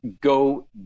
go